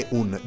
un